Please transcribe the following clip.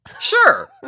Sure